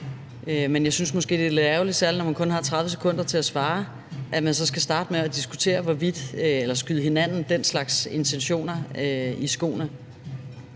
Men jeg synes måske, det er lidt ærgerligt, særlig når man kun har 30 sekunder til at svare, at man så skal starte med at skyde hinanden den slags intentioner i skoene.